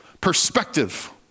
Perspective